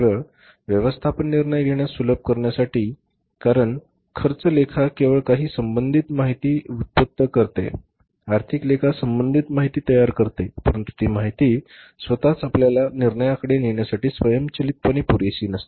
केवळ व्यवस्थापन निर्णय घेण्यास सुलभ करण्यासाठी कारण खर्च लेखा केवळ काही संबंधित माहिती व्युत्पन्न करते आर्थिक लेखा संबंधित माहिती तयार करते परंतु ती माहिती स्वतःच आपल्याला निर्णयाकडे नेण्यासाठी स्वयंचलितपणे पुरेसे नसते